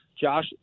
Josh